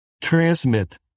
transmit